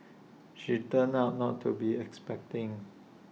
she turned out not to be expecting